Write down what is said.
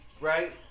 Right